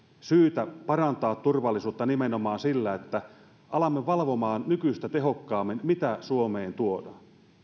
syytä parantaa turvallisuutta nimenomaan sillä että alamme valvomaan nykyistä tehokkaammin mitä suomeen tuodaan